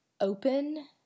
open